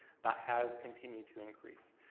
that has continued to increase.